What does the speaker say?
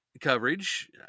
coverage